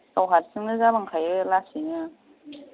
गाव हारसिंनो जालांखायो लासैनो